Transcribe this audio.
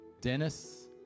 Dennis